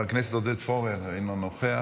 חבר הכנסת עודד פורר, אינו נוכח.